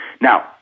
Now